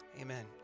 amen